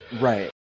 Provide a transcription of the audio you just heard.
Right